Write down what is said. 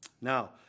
Now